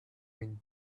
mint